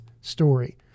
story